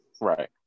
right